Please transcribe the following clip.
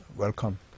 welcome